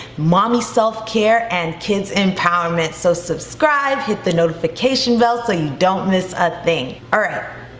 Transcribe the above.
mommy self care and kids empowerment. so subscribe, hit the notification bell so you don't miss a thing. all right,